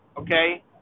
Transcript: okay